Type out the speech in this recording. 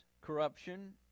corruption